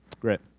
Great